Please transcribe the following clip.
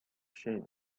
shade